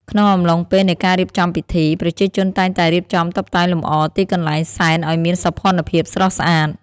ក្នុងអំឡុងពេលនៃការរៀបចំពិធី ប្រជាជនតែងតែរៀបចំតុបតែងលម្អទីកន្លែងសែនឲ្យមានសោភ័ណភាពស្រស់ស្អាត។